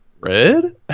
red